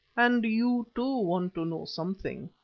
and you, too, want to know something.